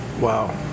Wow